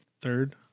Third